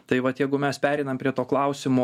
tai vat jeigu mes pereinam prie to klausimo